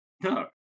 No